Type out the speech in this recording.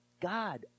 God